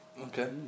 Okay